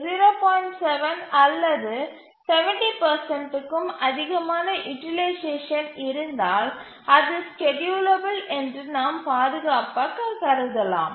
7 அல்லது 70 க்கும் அதிகமான யூட்டிலைசேஷன் இருந்தால் அது ஸ்கேட்யூலபில் என்று நாம் பாதுகாப்பாக கருதலாம்